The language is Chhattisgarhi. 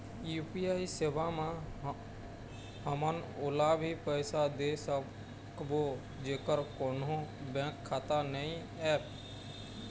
यू.पी.आई सेवा म हमन ओला भी पैसा दे सकबो जेकर कोन्हो बैंक खाता नई ऐप?